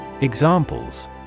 Examples